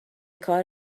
کار